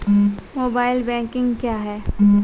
Mobile banking क्या हैं?